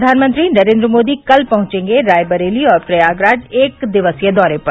प्रधानमंत्री नरेन्द्र मोदी कल पहुचेंगे रायबरेली और प्रयागराज एक दिवसीय दौरे पर